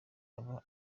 aba